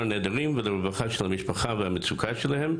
הנעדרים ולרווחה של המשפחה והמצוקה שלה.